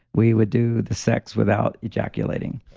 we would do the sex without ejaculating.